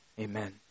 Amen